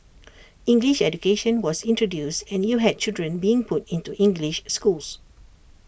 English education was introduced and you had children being put into English schools